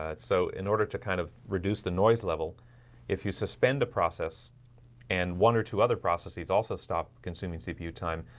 ah so in order to kind of reduce the noise level if you suspend a process and one or two other processes also stop consuming cpu time.